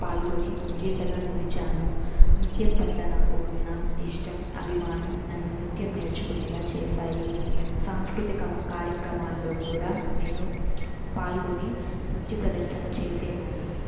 పాల్గొని విజేతగా నిలిచాను నృత్యం పట్ల నాకు ఉన్న ఇష్టం అభిమానం నన్ను నృత్యం నేర్చుకునేలా చేసాయి సాంస్కృతిక కార్యక్రమాల్లో కూడా నేను పాల్గొని నృత్య ప్రదర్శన చేసేదాన్ని